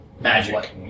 Magic